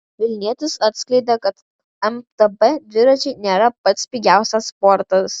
vilnietis atskleidė kad mtb dviračiai nėra pats pigiausias sportas